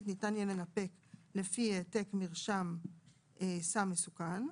ניתן יהיה לנפק לפי העתק מרשם סם מסוכן.